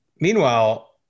Meanwhile